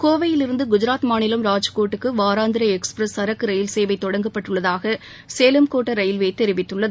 கோவையிலிருந்து குஜாத் மாநிலம் ராஜ்கோட்டுக்கு வாராந்திர எக்ஸ்பிரஸ் சரக்கு ரயில் சேவை தொடங்கப்பட்டுள்ளதாக சேலம் கோட்ட ரயில்வே தெரிவித்துள்ளது